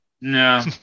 No